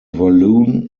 walloon